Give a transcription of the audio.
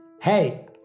Hey